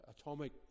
atomic